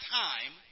time